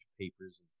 papers